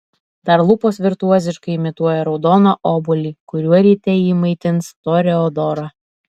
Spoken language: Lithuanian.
dar lūpos virtuoziškai imituoja raudoną obuolį kuriuo ryte ji maitins toreadorą